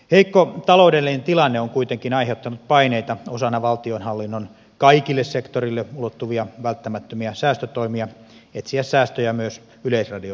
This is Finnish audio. heikko taloudellinen tilanne on kuitenkin aiheuttanut paineita osana valtionhallinnon kaikille sektoreille ulottuvia välttämättömiä säästötoimia etsiä säästöjä myös yleisradion rahoituksesta